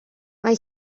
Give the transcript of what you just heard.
mae